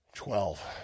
Twelve